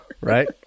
right